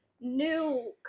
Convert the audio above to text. new